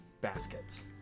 Baskets